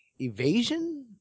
evasion